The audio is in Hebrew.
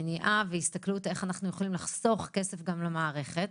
מניעה והסתכלות איך אנחנו יכולים לחסוך כסף גם למערכת.